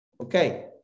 okay